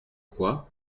quoi